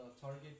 Target